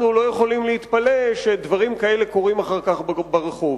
אנחנו לא יכולים להתפלא שדברים כאלה קורים אחר כך ברחוב.